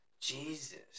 Jesus